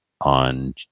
on